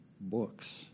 books